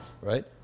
right